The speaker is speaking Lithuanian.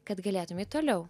kad galėtum eit toliau